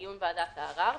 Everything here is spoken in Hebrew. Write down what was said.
לעיון ועדת הערר,